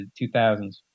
2000s